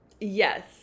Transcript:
Yes